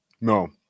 No